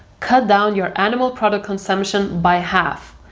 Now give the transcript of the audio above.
cut down your animal product consumption by half,